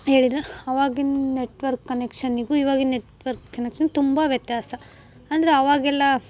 ಹೇಳಿದರೆ ಆವಾಗಿನ ನೆಟ್ವರ್ಕ್ ಕನೆಕ್ಷನ್ನಿಗೂ ಇವಾಗಿನ ನೆಟ್ವರ್ಕ್ ಕನೆಕ್ಷನ್ ತುಂಬ ವ್ಯತ್ಯಾಸ ಅಂದರೆ ಆವಾಗೆಲ್ಲ